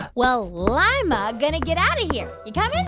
well, lima going to get out of here. you coming?